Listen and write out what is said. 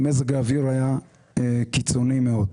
כי מזג האוויר היה קיצוני מאוד.